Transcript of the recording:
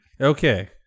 Okay